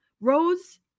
Rose